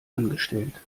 angestellt